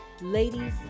ladies